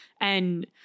and-